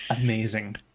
Amazing